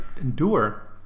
endure